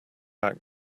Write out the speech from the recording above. back